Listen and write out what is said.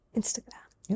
Instagram